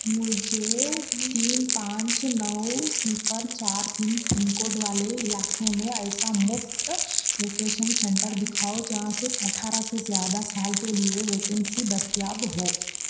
مجھے تین پانچ نو صِفر چار تین پن کوڈ والے علاقے میں ایسا مُفت ویکیشن سنٹر دکھاؤ جہاں صرف اٹھارہ سے زیادہ سال کے لیے ویکینسی دستیاب ہو